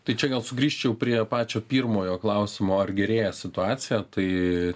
tai čia gal sugrįžčiau prie pačio pirmojo klausimo ar gerėja situacija tai